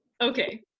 Okay